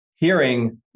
hearing